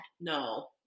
No